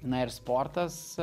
na ir sportas